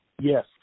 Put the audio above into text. Yes